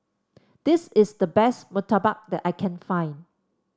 this is the best murtabak that I can find